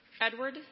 Edward